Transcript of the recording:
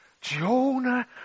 Jonah